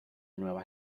nueva